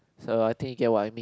so I think you get what I mean